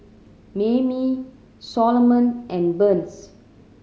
Mayme Soloman and Burns